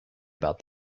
about